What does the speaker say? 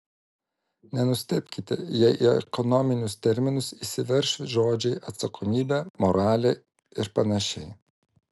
nenustebkite jei į ekonominius terminus įsiverš žodžiai atsakomybė moralė ir panašiai